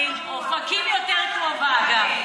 אופקים יותר קרובה,